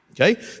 okay